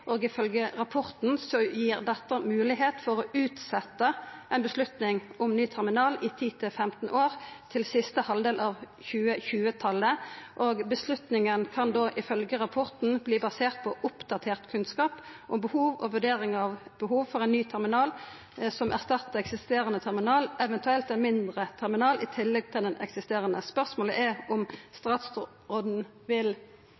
rapporten gjer dette det mogleg å utsetja ei avgjerd om ny terminal i 10–15 år, til siste halvdel av 2020-talet, og avgjerda kan da ifølgje rapporten baserast på oppdatert kunnskap og vurdering av behovet for ein ny terminal som erstattar den eksisterande terminalen, eventuelt ein mindre terminal i tillegg til den eksisterande. Spørsmålet er om statsråden vil